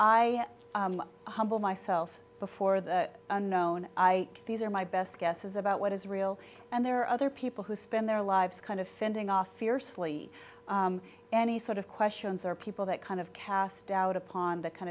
i humble myself before the unknown i think these are my best guesses about what is real and there are other people who spend their lives kind of fending off fiercely any sort of questions or people that kind of cast doubt upon the kind